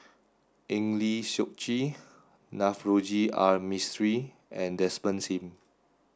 Eng Lee Seok Chee Navroji R Mistri and Desmond Sim